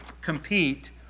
Compete